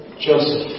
Joseph